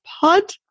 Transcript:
pod